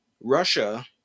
Russia